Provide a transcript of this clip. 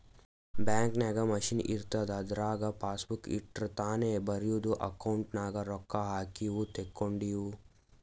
bank ನಾಗ್ machine ಇರ್ತುದ್ ಅದುರಾಗ್ ಪಾಸಬುಕ್ ಇಟ್ಟುರ್ ತಾನೇ ಬರಿತುದ್ ಅಕೌಂಟ್ ನಾಗ್ ರೊಕ್ಕಾ ಹಾಕಿವು ತೇಕೊಂಡಿವು